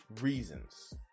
reasons